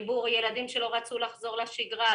יש ילדים שלא רצו לחזור לשגרה,